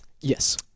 Yes